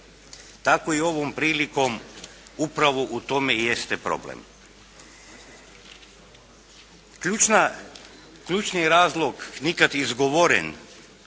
Tako i ovom prilikom upravo u tome jeste problem. Ključni razlog nikad izgovoren,